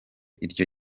iryo